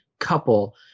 Couple